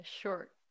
short